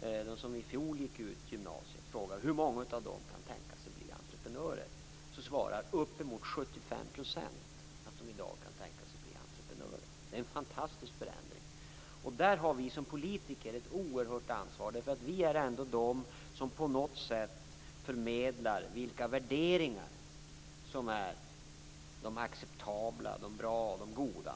hur många av dem som gick ut gymnasiet i fjol kan tänka sig att bli entreprenörer, svarar uppemot 75 % att de i dag kan tänka sig bli entreprenörer. Det är en fantastisk förändring. Där har vi som politiker ett oerhört ansvar. Vi är de som på något sätt förmedlar vilka värderingar som är acceptabla, bra och goda.